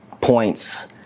points